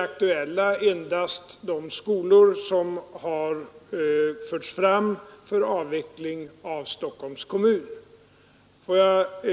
Aktuella nu är endast de skolor som Stockholms kommun föreslagit